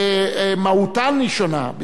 מהותם היא שונה.